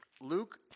Luke